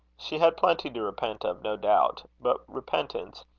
she had plenty to repent of, no doubt but repentance,